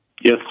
Yes